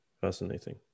fascinating